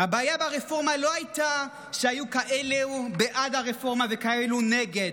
הבעיה ברפורמה לא הייתה שהיו כאלה שבעד הרפורמה וכאלה שנגד,